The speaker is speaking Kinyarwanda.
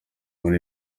muri